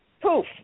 poof